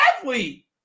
athlete